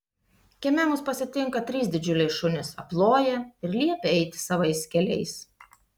kieme mus pasitinka trys didžiuliai šunys aploja ir liepia eiti savais keliais